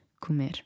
comer